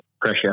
pressure